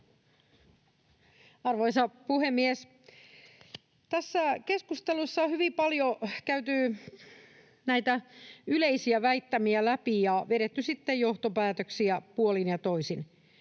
Arvoisa puhemies! Tässä keskustelussa on hyvin paljon käyty näitä yleisiä väittämiä läpi ja vedetty sitten johtopäätöksiä puolin ja toisin.